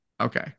Okay